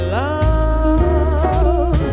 love